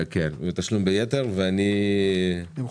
למחוק.